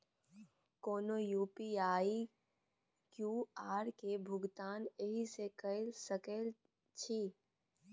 कोनो UPI QR केर भुगतान एहिसँ कए सकैत छी